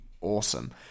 awesome